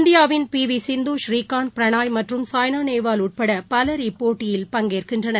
இந்தியாவின் பிவிசிந்து ப்ரீகாந்த் பிரணாய் மற்றும் சாய்னாநேவால் உட்படபவர் இப்போட்டியில் பங்கேற்கின்றனர்